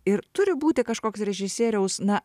ir turi būti kažkoks režisieriaus na